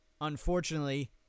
Unfortunately